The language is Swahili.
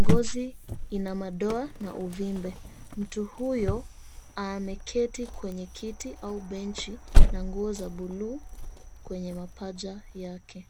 ngozi ina madoa na uvimbe. Mtu huyo ameketi kwenye kiti au benji na nguo za buluu kwenye mapaja yake.